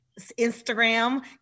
Instagram